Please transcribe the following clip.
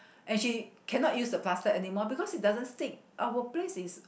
and she cannot use the plaster anymore because it doesn't stick our place is